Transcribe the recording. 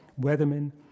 Weathermen